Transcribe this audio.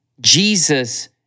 Jesus